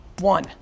one